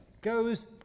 goes